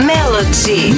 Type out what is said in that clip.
Melody